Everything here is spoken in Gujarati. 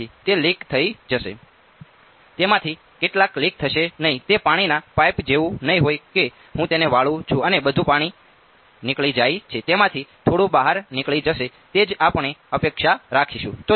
વિદ્યાર્થી તે લીક થઈ જશે તેમાંથી કેટલાક લીક થશે નહીં તે પાણીના પાઇપ જેવું નહીં હોય કે હું તેને વાળું છું અને બધું પાણી નીકળી જાય છે તેમાંથી થોડું બહાર નીકળી જશે તે જ આપણે અપેક્ષા રાખીશું